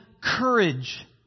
courage